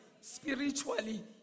spiritually